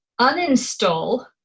uninstall